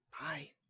Bye